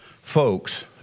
folks